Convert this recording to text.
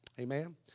Amen